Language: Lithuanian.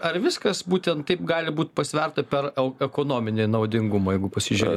ar viskas būtent taip gali būt pasverta per au ekonominį naudingumą jeigu pasižiūrėt